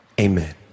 Amen